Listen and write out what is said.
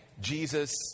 Jesus